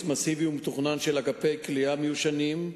מסיבי ומתוכנן של אגפי כליאה מיושנים,